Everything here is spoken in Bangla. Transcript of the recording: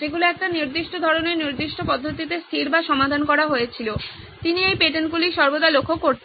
যেগুলো একটা নির্দিষ্ট ধরণের নির্দিষ্ট পদ্ধতিতে স্থির বা সমাধান করা হয়েছিল তিনি এই পেটেন্টগুলি সর্বদা লক্ষ্য করতেন